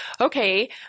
Okay